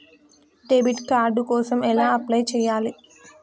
Debit card కోసం ఎలా apply చేయాలి?